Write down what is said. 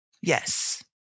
Yes